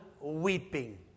weeping